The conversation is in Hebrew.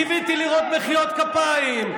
קיוויתי לראות מחיאות כפיים.